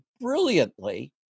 brilliantly